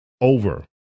Over